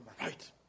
Right